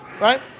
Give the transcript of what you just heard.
right